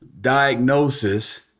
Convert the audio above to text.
diagnosis